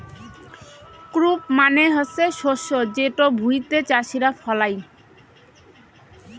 crop মানে হসে শস্য যেটো ভুঁইতে চাষীরা ফলাই